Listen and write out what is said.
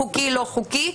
חוקי או לא-חוקי.